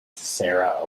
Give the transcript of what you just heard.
sarah